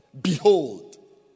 behold